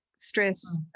stress